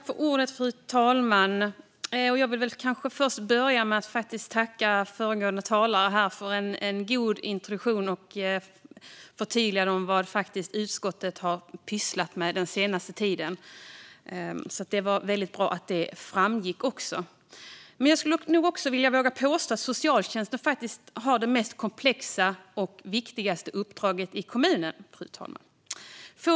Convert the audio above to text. Fru talman! Jag vill börja med att tacka föregående talare för en god introduktion och förtydliganden kring vad utskottet har pysslat med den senaste tiden. Det var bra att det framgick. Jag skulle vilja påstå att socialtjänsten faktiskt har det mest komplexa och viktigaste uppdraget i kommunen, fru talman.